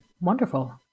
wonderful